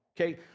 okay